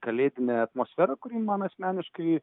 kalėdinę atmosferą kuri man asmeniškai